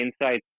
insights